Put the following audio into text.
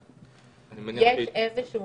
אני מניח --- יש איזה שהוא